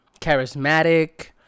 charismatic